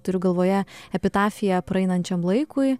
turiu galvoje epitafiją praeinančiam laikui